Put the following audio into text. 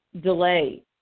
delay